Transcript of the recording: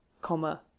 comma